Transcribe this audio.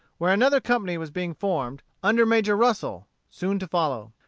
where another company was being formed, under major russel, soon to follow.